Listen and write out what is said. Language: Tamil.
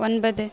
ஒன்பது